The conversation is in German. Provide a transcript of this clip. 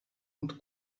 und